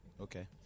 Okay